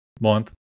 month